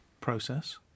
process